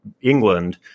England